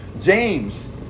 James